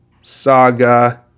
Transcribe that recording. saga